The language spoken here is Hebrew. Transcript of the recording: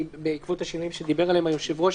בעקבות השינויים שדיבר עליהם היושב-ראש,